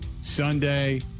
Sunday